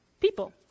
people